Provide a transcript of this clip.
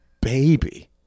baby